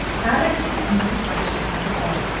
alex repeated the question to herself,